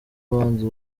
abanzi